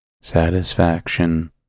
satisfaction